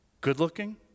good-looking